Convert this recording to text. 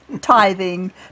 tithing